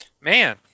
Man